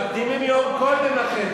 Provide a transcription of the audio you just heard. מקדימים יום קודם לכן,